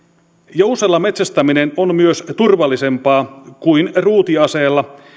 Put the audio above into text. jousella metsästäminen on myös turvallisempaa kuin ruutiaseella